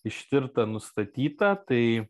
ištirta nustatyta tai